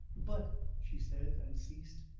but she said, and ceased.